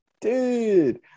Dude